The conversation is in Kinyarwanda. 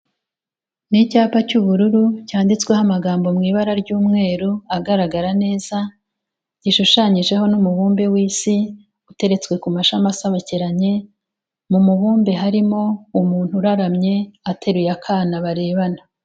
Ni icyapa cy'ubururu cyanditsweho amagambo mu ibara ry'umweru agaragara neza, gishushanyijeho n'umubumbe w'Isi, uteretswe ku mashami asobekeranye, mu mubumbe harimo umuntu uraramye ateruye akana barebana.